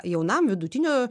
jaunam vidutinio